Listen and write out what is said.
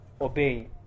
obey